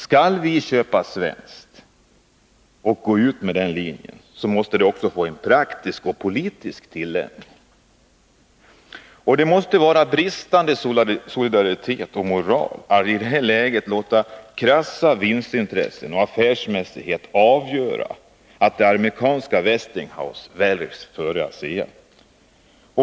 Skall vi köpa svenskt — om vi går ut med den linjen — måste det också få en praktisk och politisk tillämpning. Det måste vara bristande solidaritet och moral att i detta läge låta krassa vinstintressen och affärsmässighet avgöra att det amerikanska Westinghouse väljs före ASEA.